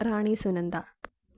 Rani Sunanda